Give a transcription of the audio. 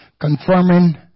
confirming